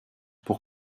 pour